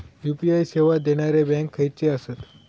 UPI सेवा देणारे bank खयचे आसत?